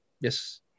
yes